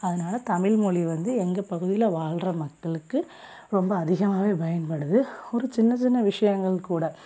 அதனால் தமிழ்மொலி வந்து எங்கள் பகுதியில் வாழ்ற மக்களுக்கு ரொம்ப அதிகமாகவே பயன்படுது ஒரு சின்ன சின்ன விஷயங்கள் கூட